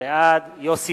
בעד יוסי